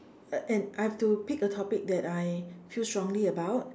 uh and I have to pick a topic that I feel strongly about